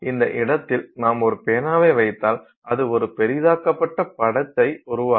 இந்த இடத்தில் நாம் ஒரு பேனாவை வைத்தால் அது ஒரு பெரிதாக்கப்பட்ட படத்தை உருவாக்கும்